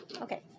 okay